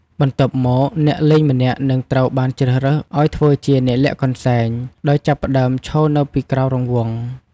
បន្ទាប់មក អ្នកលេងម្នាក់នឹងត្រូវបានជ្រើសរើសឱ្យធ្វើជា អ្នកលាក់កន្សែង ដោយចាប់ផ្តើមឈរនៅពីក្រៅរង្វង់។